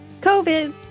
COVID